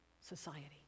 society